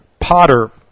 potter